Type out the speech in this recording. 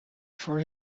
for